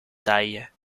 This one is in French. taille